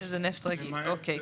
שזה נפט רגיל, אוקיי.